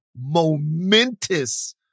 momentous